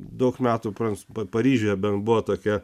daug metų pranc paryžiuje bent buvo tokia